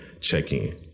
check-in